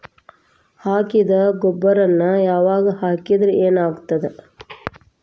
ಹಾಕಿದ್ದ ಗೊಬ್ಬರಾನೆ ಯಾವಾಗ್ಲೂ ಹಾಕಿದ್ರ ಏನ್ ಆಗ್ತದ?